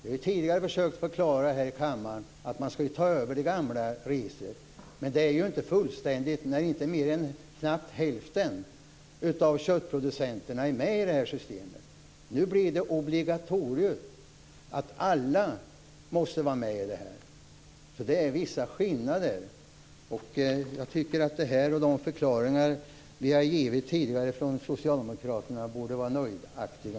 Jag har tidigare här i kammaren förklarat att man skall ta över det gamla registret, vilket dock inte är fullständigt. Inte mer än knappt hälften av köttproducenterna är med i systemet. Det blir nu obligatoriskt för alla att vara med i detta. Det finns alltså vissa skillnader. Jag tycker att de här uppgifterna och de förklaringar som vi socialdemokrater tidigare har givit borde vara nöjaktiga.